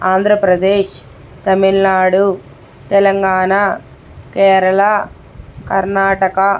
Andhra Pradesh Tamil Nadu Telangana Kerala Karnataka